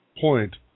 point